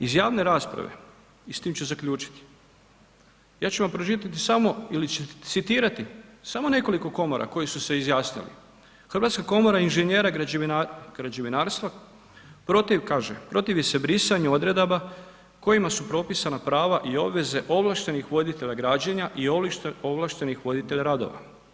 Iz javne rasprave i s time ću zaključiti, ja ću vam pročitati samo ili ću citirati samo nekoliko komora koji su se izjasnili, Hrvatska komora inženjera građevinarstva protiv, kaže, protivi se brisanju odredaba kojima su propisana prava i obveze ovlaštenih voditelja građenja i ovlaštenih voditelja radova.